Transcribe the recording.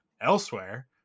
Elsewhere